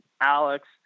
Alex